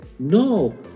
No